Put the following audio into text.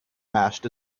mast